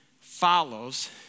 follows